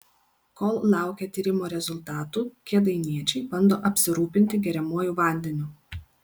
kol laukia tyrimo rezultatų kėdainiečiai bando apsirūpinti geriamuoju vandeniu